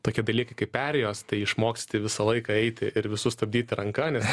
tokie dalykai kaip perėjos tai išmoksti visą laiką eiti ir visus stabdyti ranka nes